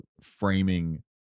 framing